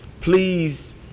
please